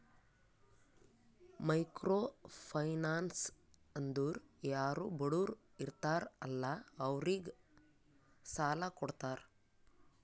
micro finance ಅಂದುರ್ ಯಾರು ಬಡುರ್ ಇರ್ತಾರ ಅಲ್ಲಾ ಅವ್ರಿಗ ಸಾಲ ಕೊಡ್ತಾರ್